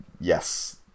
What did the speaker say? Yes